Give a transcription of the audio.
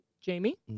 Jamie